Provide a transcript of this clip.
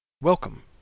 Welcome